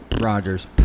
Rogers